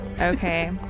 Okay